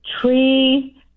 tree